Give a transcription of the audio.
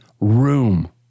room